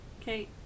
Okay